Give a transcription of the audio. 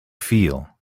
feel